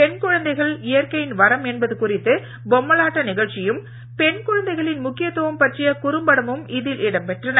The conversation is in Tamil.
பெண் குழந்தைகள் இயற்கையின் வரம் என்பது குறித்து பொம்மலாட்ட நிகழ்ச்சியும் பெண் குழந்தைகளின் முக்கியத் துவம் பற்றிய குறும்படமும் இதில் இடம் பெற்றன